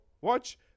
watch